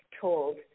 told